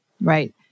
right